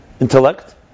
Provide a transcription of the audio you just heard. intellect